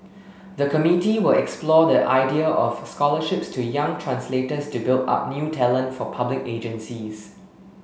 the committee will explore the idea of scholarships to young translators to build up new talent for public agencies